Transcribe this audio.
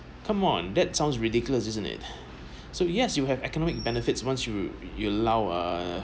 come on that sounds ridiculous isn't it so yes you have economic benefits once you you allow uh